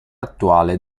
attuale